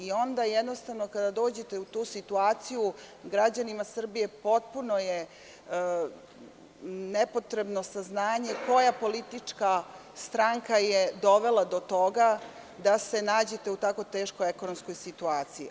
Onda jednostavno kada dođete u tu situaciju, građanima Srbije potpuno je nepotrebno saznanje koja politička stranka je dovela do toga da se nađete u tako teškoj ekonomskoj situaciji.